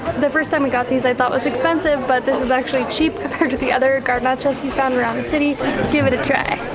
the first time we got these, i thought was expensive, but this is actually cheap compared to the other garnachas we found around the city. let's give it a try.